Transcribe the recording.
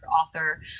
author